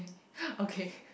okay